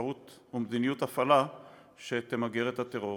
באפשרות ומדיניות הפעלה שתמגר את הטרור.